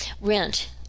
rent